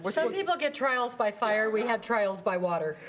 but some people get trials by fire we have trials by water.